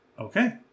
Okay